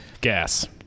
gas